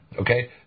okay